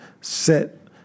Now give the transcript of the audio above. set